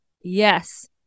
Yes